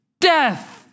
death